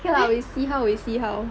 okay lah we'll see how we'll see how